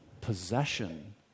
possession